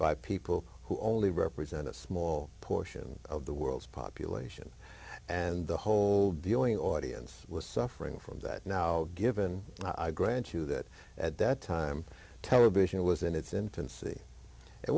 by people who only represent a small portion of the world's population and the whole dealing audience was suffering from that now given i grant you that at that time television was in its infancy and